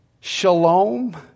shalom